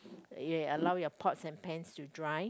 it will allow your pots and pans to dry